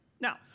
Now